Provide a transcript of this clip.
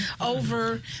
over